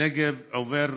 הנגב עובר